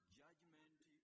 judgment